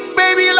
baby